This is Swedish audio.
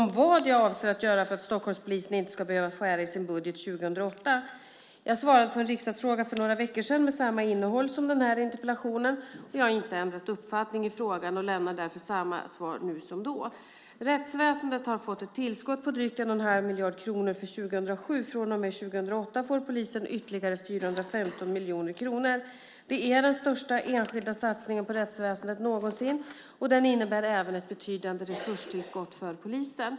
Herr talman! Börje Vestlund har frågat mig vad jag avser att göra för att Stockholmspolisen inte ska behöva skära i sin budget för 2008. Jag svarade på en riksdagsfråga för några veckor sedan med samma innehåll som den här interpellationen. Jag har inte ändrat uppfattning i frågan och lämnar därför samma svar nu som då. Rättsväsendet har fått ett tillskott på drygt 1,5 miljarder kronor för 2007. Från och med 2008 får polisen ytterligare 415 miljoner kronor. Det är den största enskilda satsningen på rättsväsendet någonsin, och den innebär även ett betydande resurstillskott för polisen.